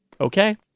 Okay